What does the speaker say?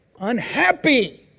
unhappy